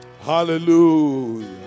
Hallelujah